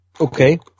Okay